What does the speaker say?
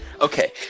Okay